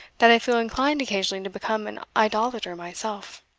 that i feel inclined occasionally to become an idolater myself.